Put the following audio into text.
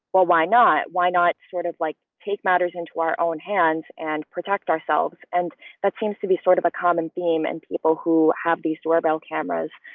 well, why not? why not? sort of like take matters into our own hands and protect ourselves. and that seems to be sort of a common theme. and people who have these doorbell cameras,